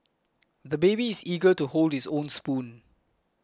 the baby is eager to hold his own spoon